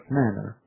manner